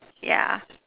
yeah